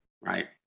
right